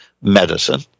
medicine